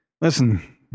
Listen